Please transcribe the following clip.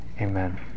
amen